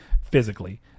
physically